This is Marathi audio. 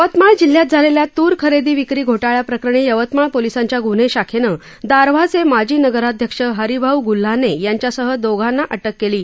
यवतमाळ जिल्ह्यात झालेल्या तूर खरेदी विक्री घोटाळ्याप्रकरणी यवतमाळ पोलीसांच्या गुन्हे शाखेनं दारव्हाचे माजी नगराध्यक्ष हरिभाऊ गुल्हाने यांच्यासह दोघांना अटक केली आहे